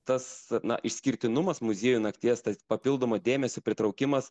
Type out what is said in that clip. tas na išskirtinumas muziejų nakties tas papildomo dėmesio pritraukimas